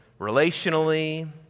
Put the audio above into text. relationally